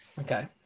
Okay